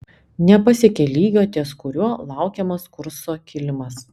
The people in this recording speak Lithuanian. nepasiekė lygio ties kuriuo laukiamas kurso kilimas